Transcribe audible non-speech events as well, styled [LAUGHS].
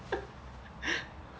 [LAUGHS]